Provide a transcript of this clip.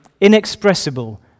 inexpressible